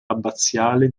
abbaziale